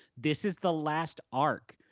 this is the last arc,